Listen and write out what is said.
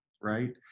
right